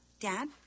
Dad